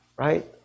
right